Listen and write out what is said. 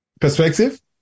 perspective